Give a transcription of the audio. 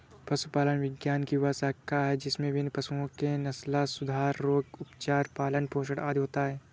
पशुपालन विज्ञान की वह शाखा है जिसमें विभिन्न पशुओं के नस्लसुधार, रोग, उपचार, पालन पोषण आदि होता है